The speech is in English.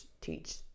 teach